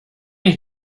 ich